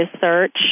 search